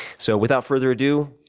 so, without further ado,